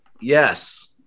Yes